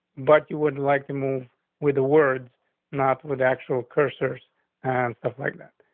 but you would like to move with the words not with actual cursors and stuff like that.